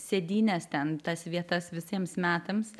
sėdynes ten tas vietas visiems metams